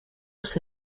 los